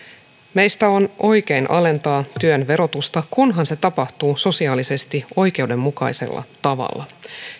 meistä on oikein alentaa työn verotusta kunhan se tapahtuu sosiaalisesti oikeudenmukaisella tavalla